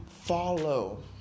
follow